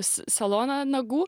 saloną nagų